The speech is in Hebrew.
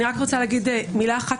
אני רק רוצה להגיד מילה אחת,